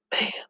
man